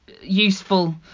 useful